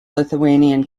lithuanian